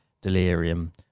delirium